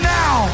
now